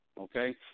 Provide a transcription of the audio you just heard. okay